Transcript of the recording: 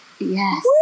yes